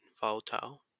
volatile